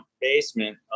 basement